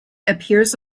appears